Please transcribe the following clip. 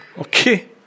Okay